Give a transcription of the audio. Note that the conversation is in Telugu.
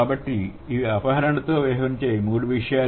కాబట్టి ఇవి అపహరణతో వ్యవహరించే మూడు విషయాలు